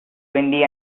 windy